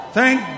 thank